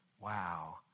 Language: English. Wow